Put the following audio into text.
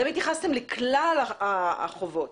התייחסתם לכלל החובות.